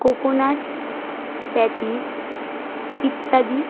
coconut patties ইত্যাদি